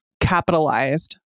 capitalized